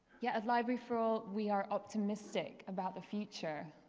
yeah, at library for all we are optimistic about the future.